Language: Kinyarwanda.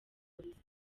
polisi